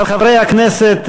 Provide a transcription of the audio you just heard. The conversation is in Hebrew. חברי הכנסת,